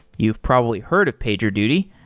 you've probably heard of pagerduty.